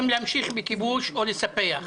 אם להמשיך בכיבוש או לספח.